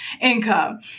income